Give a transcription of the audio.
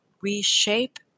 reshape